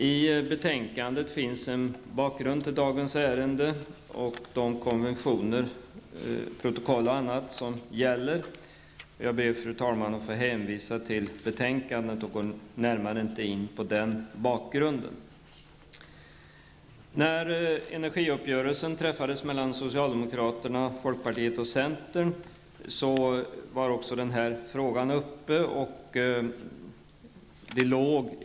I betänkandet finns en redogörelse för bakgrunden till det ärende som behandlas i dag och de konventioner, protokoll och annat som gäller. Jag ber, fru talman, att få hänvisa till betänkandet, och jag går inte närmare in på den bakgrunden. När energiuppgörelsen träffades mellan socialdemokraterna, folkpartiet liberalerna och centern togs även denna fråga upp.